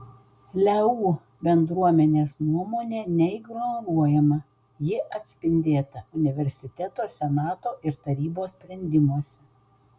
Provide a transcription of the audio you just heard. leu bendruomenės nuomonė neignoruojama ji atspindėta universiteto senato ir tarybos sprendimuose